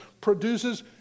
produces